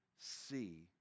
see